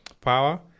power